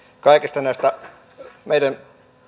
kaikesta meidän